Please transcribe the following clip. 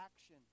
action